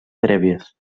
prèvies